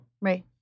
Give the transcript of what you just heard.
Right